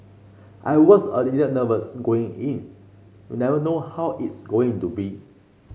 I was a little nervous going in you never know how it's going to be